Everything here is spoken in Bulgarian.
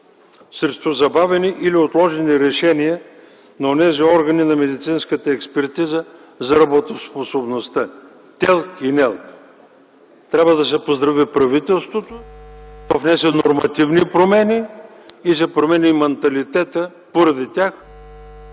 срещу забавени или отложени решения на органите на медицинската експертиза за работоспособността – ТЕЛК и НЕЛК. Трябва да се поздрави правителството - то внесе нормативни промени и се промени и манталитетът, поради тях